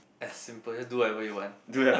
as simple just do whatever you want